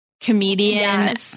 comedian